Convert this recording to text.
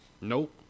Nope